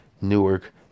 newark